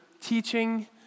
teaching